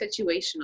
situational